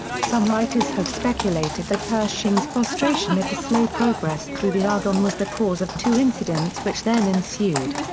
some writers have speculated that pershing's frustration at the slow progress through the argonne was the cause of two incidents which then ensued.